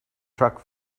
truck